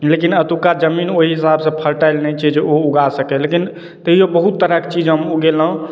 लेकिन एतुका जमीन ओहि हिसाबसँ फर्टाइल नहि छै जे ओ उगा सकय लेकिन तैयो बहुत तरहक चीज हम उगेलहुँ